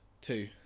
two